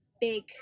big